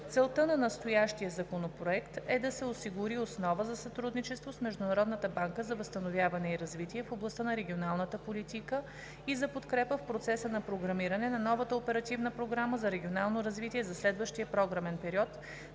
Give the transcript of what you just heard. Целта на настоящия законопроект е да се осигури основа за сътрудничество с Международната банка за възстановяване и развитие в областта на регионалната политика и за подкрепа в процеса на програмиране на новата оперативна програма за регионално развитие за следващия програмен период